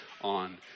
on